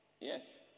Yes